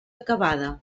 acabada